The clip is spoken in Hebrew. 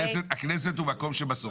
הכנסת הוא מקום שבסוף.